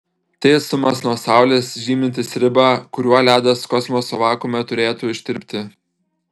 tai atstumas nuo saulės žymintis ribą kuriuo ledas kosmoso vakuume turėtų ištirpti